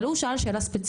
אבל הוא שאל שאלה ספציפית.